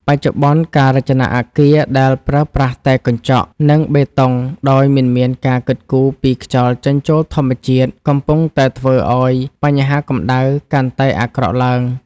បច្ចុប្បន្ន ការរចនាអគារដែលប្រើប្រាស់តែកញ្ចក់ និងបេតុងដោយមិនមានការគិតគូរពីខ្យល់ចេញចូលធម្មជាតិ កំពុងតែធ្វើឱ្យបញ្ហាកម្ដៅកាន់តែអាក្រក់ឡើង។